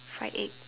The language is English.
fried egg